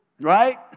Right